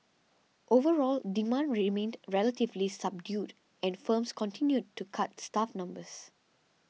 overall demand remained relatively subdued and firms continued to cut staff numbers